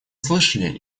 слышали